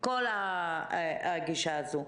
כל הגישה הזו.